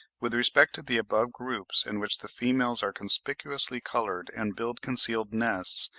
with respect to the above groups in which the females are conspicuously coloured and build concealed nests,